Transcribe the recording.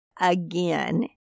again